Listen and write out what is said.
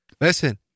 Listen